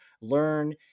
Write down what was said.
learn